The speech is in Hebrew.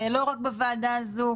לא רק בוועדה הזו,